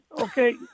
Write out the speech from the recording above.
Okay